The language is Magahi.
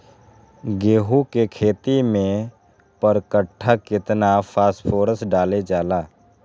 गेंहू के खेती में पर कट्ठा केतना फास्फोरस डाले जाला?